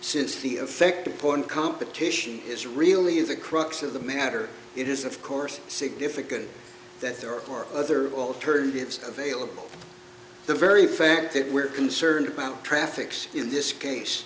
since the effect of porn competition is really the crux of the matter it is of course significant that there are other alternatives available the very fact that we're concerned about traffics in this case